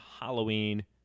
Halloween